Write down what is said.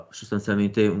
sostanzialmente